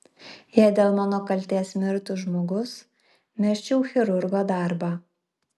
jei dėl mano kaltės mirtų žmogus mesčiau chirurgo darbą